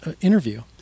interview